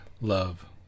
love